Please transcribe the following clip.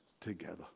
together